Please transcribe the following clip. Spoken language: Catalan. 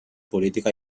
política